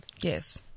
yes